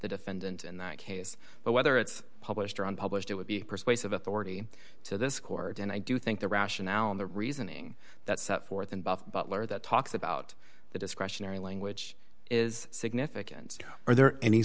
the defendant in that case but whether it's published or on published it would be persuasive authority to this court and i do think the rationale in the reasoning that set forth in both butler that talks about the discretionary language is significant are there any